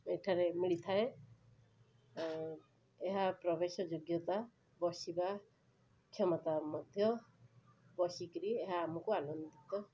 ଏଠାରେ ମିଳିଥାଏ ଏହା ପ୍ରବେଶ ଯୋଗ୍ୟତା ବସିବା କ୍ଷମତା ମଧ୍ୟ ବସି କରି ଏହା ଆମକୁ ଆନନ୍ଦିତ